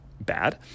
bad